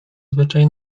zwyczaj